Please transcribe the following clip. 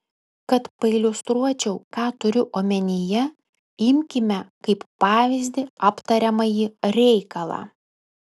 kad pailiustruočiau ką turiu omenyje imkime kaip pavyzdį aptariamąjį reikalą